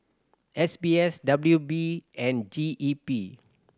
S B S W P and G E P